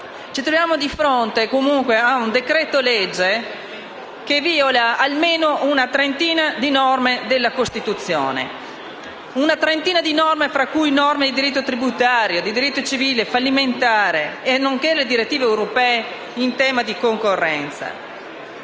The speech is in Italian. Ci troviamo di fronte a un decreto-legge che viola almeno una trentina di norme della Costituzione, tra cui norme di diritto tributario, civile e fallimentare, nonché le direttive europee in tema di concorrenza.